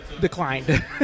declined